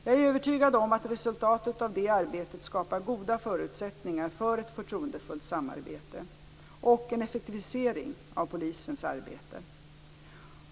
Jag är övertygad om att resultatet av detta arbete skapar goda förutsättningar för ett förtroendefullt samarbete och en effektivisering av polisens arbete.